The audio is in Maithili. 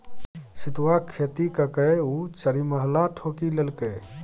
सितुआक खेती ककए ओ चारिमहला ठोकि लेलकै